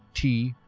tea,